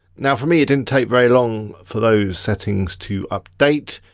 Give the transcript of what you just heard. now for me, it didn't take very long for those settings to update.